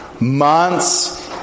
months